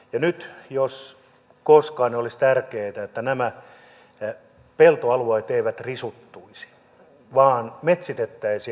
nyt jos koskaan olisi tärkeätä että nämä peltoalueet eivät risuttuisi vaan ne metsitettäisiin